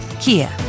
Kia